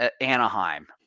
Anaheim